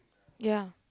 ya